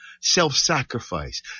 Self-sacrifice